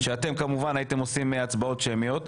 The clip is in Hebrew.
כשאתם כמובן הייתם עושים הצבעות שמיות.